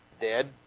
Dead